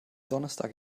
donnerstag